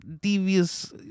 devious